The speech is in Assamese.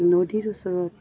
নদীৰ ওচৰত